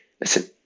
listen